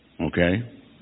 Okay